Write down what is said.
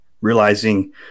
realizing